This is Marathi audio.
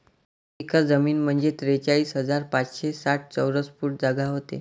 एक एकर जमीन म्हंजे त्रेचाळीस हजार पाचशे साठ चौरस फूट जागा व्हते